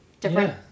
different